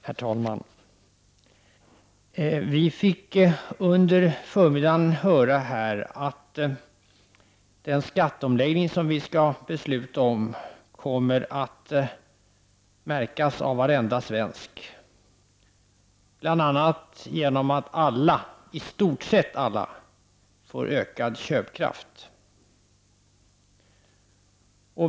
Herr talman! Vi fick under förmiddagen höra att den skatteomläggning som vi skall besluta om kommer att märkas av varenda svensk, bl.a. genom att i stort sett alla får ökad köpkraft.